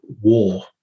war